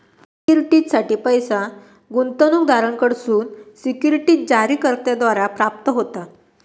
सिक्युरिटीजसाठी पैस गुंतवणूकदारांकडसून सिक्युरिटीज जारीकर्त्याद्वारा प्राप्त होता